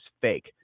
fake